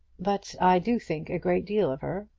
but i do think a great deal of her.